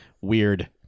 weird